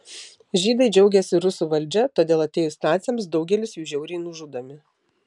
žydai džiaugiasi rusų valdžia todėl atėjus naciams daugelis jų žiauriai nužudomi